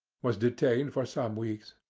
was detained for some weeks.